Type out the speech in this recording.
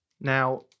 Now